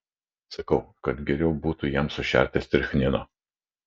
sakau kad geriau būtų jam sušerti strichnino